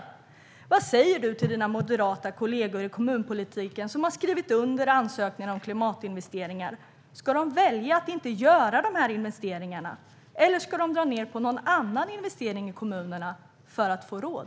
Vad säger du, Jonas Jacobsson Gjörtler, till dina moderata kollegor i kommunpolitiken som har skrivit under ansökningar om klimatinvesteringar? Ska de välja att inte göra de investeringarna, eller ska de dra ned på någon annan investering i kommunerna för att få råd?